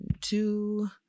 two